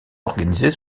organisées